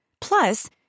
Plus